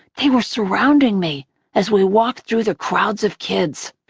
they were surrounding me as we walked through the crowds of kids.